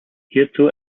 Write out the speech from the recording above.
hierzu